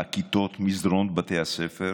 הכיתות ומסדרונות בתי הספר.